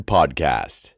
Podcast